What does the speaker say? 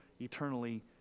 eternally